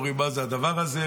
הן אומרות: מה זה הדבר הזה?